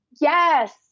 Yes